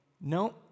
no